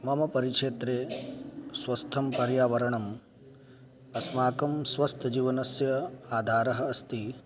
मम परिक्षेत्रे स्वस्थं पर्यावरणम् अस्माकं स्वस्थजीवनस्य आधारः अस्ति